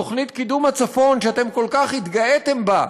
תוכנית קידום הצפון שאתם כל כך התגאיתם בה?